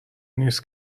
نیست